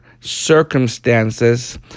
circumstances